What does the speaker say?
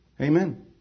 Amen